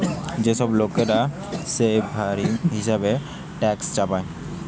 যে সব লোকরা স্ল্যাভেরি হিসেবে ট্যাক্স চাপায়